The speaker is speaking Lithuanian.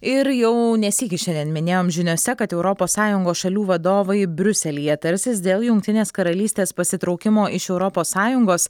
ir jau ne sykį šiandien minėjom žiniose kad europos sąjungos šalių vadovai briuselyje tarsis dėl jungtinės karalystės pasitraukimo iš europos sąjungos